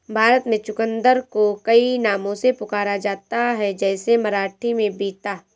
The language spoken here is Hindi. भारत में चुकंदर को कई नामों से पुकारा जाता है जैसे मराठी में बीता